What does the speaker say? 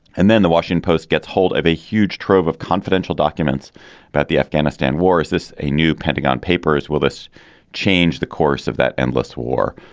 and then the washington post gets hold of a huge trove of confidential documents about the afghanistan war. is this a new pentagon papers? will this change the course of that endless war?